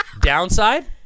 Downside